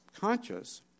conscious